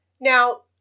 Now